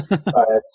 Sorry